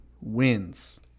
wins